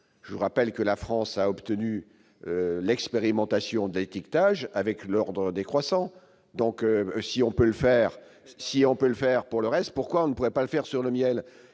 Je vous rappelle que la France a obtenu que l'on expérimente l'étiquetage avec l'ordre décroissant. Si on peut le faire pour le reste, pourquoi ne pourrait-on pas le faire pour le miel ?